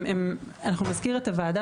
אנחנו נזכיר את הוועדה.